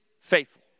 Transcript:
faithful